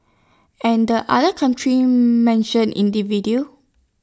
and the other country mention in the video